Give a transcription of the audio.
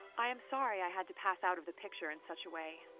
i am sorry i had to pass out of the picture in such a way.